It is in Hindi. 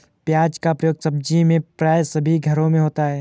प्याज का प्रयोग सब्जी में प्राय सभी घरों में होता है